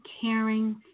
caring